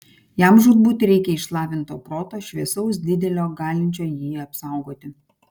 jam žūtbūt reikia išlavinto proto šviesaus didelio galinčio jį apsaugoti